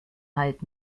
halt